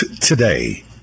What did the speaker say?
today